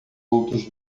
outros